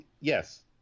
Yes